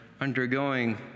undergoing